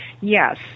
yes